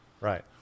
Right